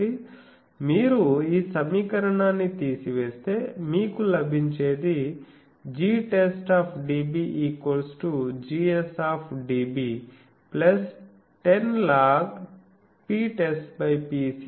కాబట్టి మీరు ఈ సమీకరణాన్నితీసివేస్తే మీకు లభించేది dB dB 10log10 Ptest Ps